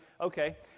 Okay